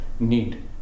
need